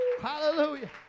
Hallelujah